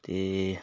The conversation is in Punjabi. ਅਤੇ